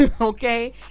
Okay